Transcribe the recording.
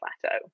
plateau